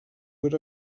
would